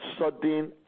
sudden